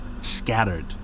scattered